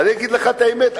אני אגיד לך את האמת,